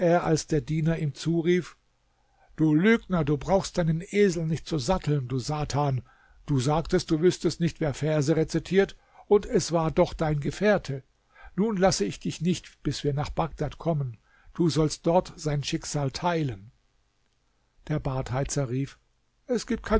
als der diener ihm zurief du lügner du brauchst deinen esel nicht zu satteln du satan du sagtest du wüßtest nicht wer verse rezitiert und es war doch dein gefährte nun lasse ich dich nicht bis wir nach bagdad kommen du sollst dort sein schicksal teilen der badheizer rief es gibt